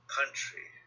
country